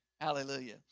Hallelujah